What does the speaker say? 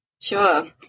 Sure